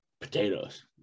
potatoes